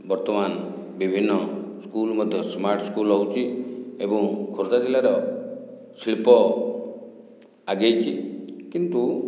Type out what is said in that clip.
ବର୍ତ୍ତମାନ ବିଭିନ୍ନ ସ୍କୁଲ ମଧ୍ୟ ସ୍ମାର୍ଟ ସ୍କୁଲ ହେଉଛି ଏବଂ ଖୋର୍ଦ୍ଧା ଜିଲ୍ଲାର ଶିଳ୍ପ ଆଗେଇଛି କିନ୍ତୁ